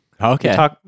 Okay